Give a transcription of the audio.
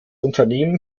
unternehmen